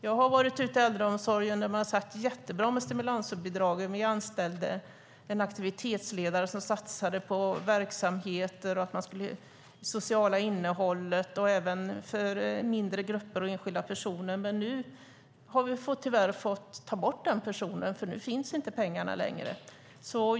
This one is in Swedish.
Jag har varit ute i äldreomsorgen där man har sagt: Det är jättebra med stimulansbidragen. Vi anställde en aktivitetsledare som satsade på verksamheter, på det sociala innehållet och även för mindre grupper och enskilda personer. Men nu har vi tyvärr fått ta bort den personen, för nu finns inte pengarna längre.